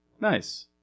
Nice